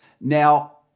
Now